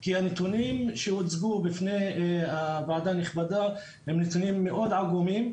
כי הנתונים שהוצגו בפני הוועדה הנכבדה הם נתונים מאוד עגומים,